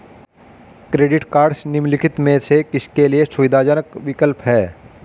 Credit cards निम्नलिखित में से किसके लिए सुविधाजनक विकल्प हैं?